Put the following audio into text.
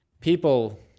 People